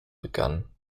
begann